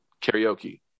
karaoke